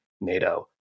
NATO